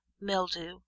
mildew